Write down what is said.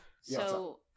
So-